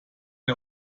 ihr